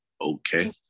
okay